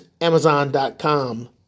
Amazon.com